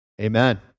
Amen